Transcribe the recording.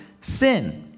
sin